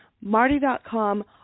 Marty.com